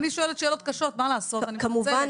אני שואלת שאלות קשות, מה לעשות, אני מתנצלת.